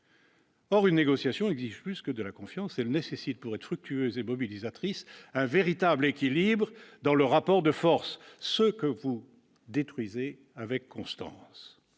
Or une négociation exige plus que de la confiance ; elle nécessite, pour être fructueuse et mobilisatrice, un véritable équilibre dans le rapport de forces, ce que vous détruisez avec une